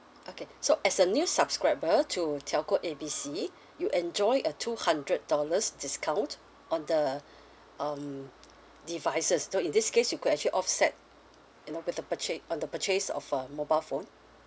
okay so as a new subscriber to telco A B C you enjoy a two hundred dollars discount on the um devices so in this case you could actually offset you know with the purcha~ on the purchase of a mobile phone